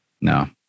No